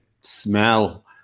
smell